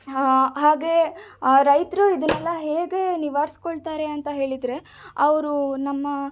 ಹಾಗೇ ರೈತರು ಇದನ್ನೆಲ್ಲ ಹೇಗೆ ನಿವಾರ್ಸ್ಕೊಳ್ತಾರೆ ಅಂತ ಹೇಳಿದರೆ ಅವರು ನಮ್ಮ